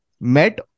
met